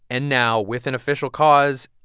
and now, with an official cause,